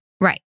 Right